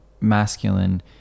masculine